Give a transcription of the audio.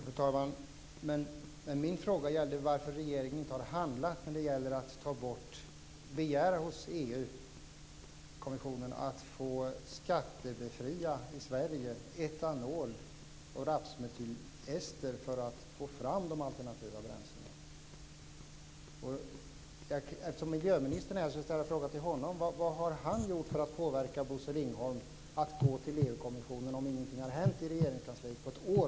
Fru talman! Min fråga gällde varför regeringen inte har handlat när det gäller att hos EU kommissionen begära att i Sverige få skattebefria etanol och rapsmetylester för att få fram de alternativa bränslena. Eftersom miljöministern är här ställer jag en fråga till honom: Ringholm att gå till EU-kommissionen om ingenting har hänt i Regeringskansliet på ett år?